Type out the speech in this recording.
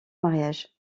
mariage